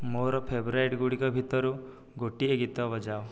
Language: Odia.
ମୋର ଫେଭରାଇଟ୍ ଗୁଡ଼ିକ ଭିତରୁ ଗୋଟିଏ ଗୀତ ବଜାଅ